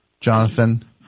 Jonathan